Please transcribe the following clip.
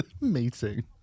meeting